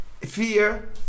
fear